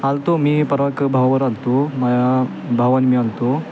आलतो मी परवा भावाबरोबर आलो होतो माझ्या भाव आणि मी आलो होतो